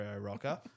Rocker